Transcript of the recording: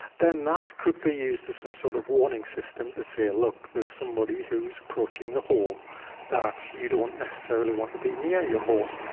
then that could be used as some sort of warning system to say ah look, there's somebody who is approaching the home that you don't necessarily want to be near your home.